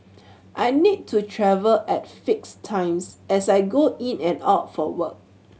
I need to travel at fixed times as I go in and out for work